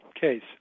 case